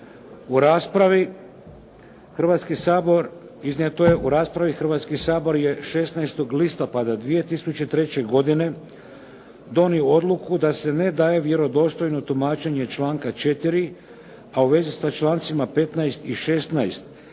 u raspravi Hrvatski sabor je 16. listopada 2003. godine donio odluku da se ne daje vjerodostojno tumačenje članka 4. a u vezi sa člancima 15. i 16.